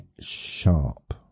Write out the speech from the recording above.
sharp